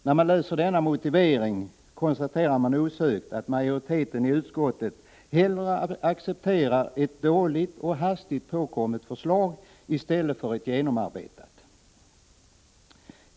När man läser denna motivering konstaterar man osökt att majoriteten i utskottet hellre accepterar ett dåligt och hastigt tillkommet förslag i stället för ett genomarbetat förslag.